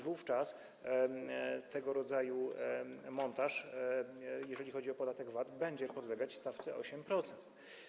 Wówczas tego rodzaju montaż, jeżeli chodzi o podatek VAT, będzie podlegać stawce 8%.